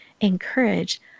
Encourage